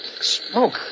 Smoke